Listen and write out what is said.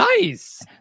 Nice